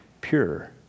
pure